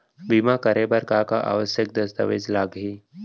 बीमा करे बर का का आवश्यक दस्तावेज लागही